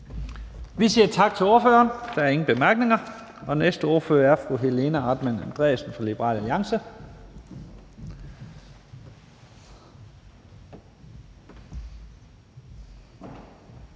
Vi siger tak til ordføreren. Der er ingen korte bemærkninger. Den næste ordfører er fru Helena Artmann Andresen fra Liberal Alliance.